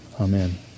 Amen